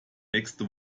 nächste